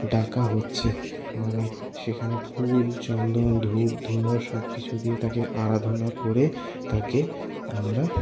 ডাকা হচ্ছে মানে সেখানে ফুল চন্দন ধূপ ধুনো সবকিছু দিয়ে তাকে আরাধনা করে তাকে আমরা